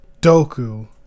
Doku